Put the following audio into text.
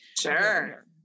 Sure